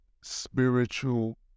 spiritual